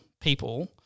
people